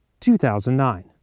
2009